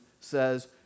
says